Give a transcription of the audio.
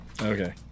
Okay